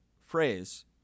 phrase